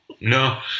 No